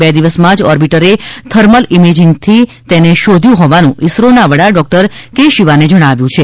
બે દિવસ માં જ ઓર્બિટરે થર્મલ ઈમેજિંગ થી તેનેશોધ્યું હોવાનું ઇસરો ના વડા ડોક્ટર કે સીવાને જણાવ્યુ છે